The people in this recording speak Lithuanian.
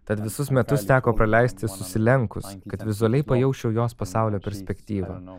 tad visus metus teko praleisti susilenkus kad vizualiai pajausčiau jos pasaulio perspektyvą